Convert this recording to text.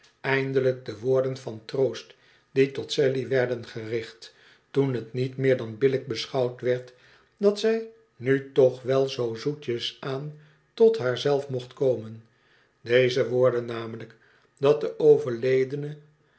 eindelijk de woorden van troost die tot sally werden gericht toen t niet meer dan billijk beschouwd werd dat zij nu toch wel zoo zoetjesaan tot haar zelf mocht komen deze woorden namelijk dab de overledene